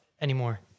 anymore